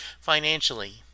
financially